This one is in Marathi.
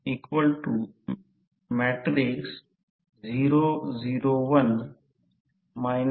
समतुल्यसर्किट समजा 1 या संदर्भातील नंतर Re2 प्रत्यक्षात R2 R1K 2 असेल